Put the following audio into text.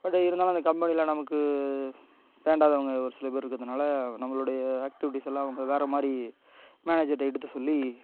but இருந்தாலும் அந்த கம்பெனியில நமக்கு வேண்டாதவங்க ஒரு சில பேர் இருக்கிறதுனால நம்மளுடைய ஆக்டிவிட்டீஸெல்லாம் அவங்க வேறு மாதிரி மேனேஜர்கிட்ட எடுத்து சொல்லி